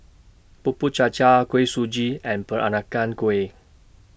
Bubur Cha Cha Kuih Suji and Peranakan Kueh